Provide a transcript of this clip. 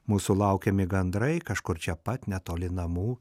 mūsų laukiami gandrai kažkur čia pat netoli namų